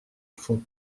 fonds